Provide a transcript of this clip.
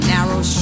Narrow